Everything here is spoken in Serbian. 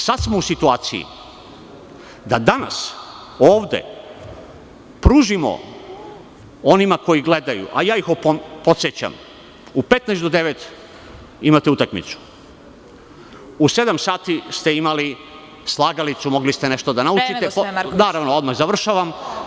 Sada smo u situaciji da danas ovde pružimo onima koji gledaju, a ja ih podsećam, u 20,45 časova imate utakmicu, u 19,00 časova ste imali „Slagalicu“, mogli ste nešto da naučite. (Predsedavajuća: Vreme.) Završavam.